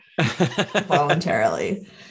voluntarily